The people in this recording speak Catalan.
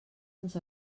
ens